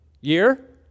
year